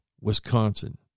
Wisconsin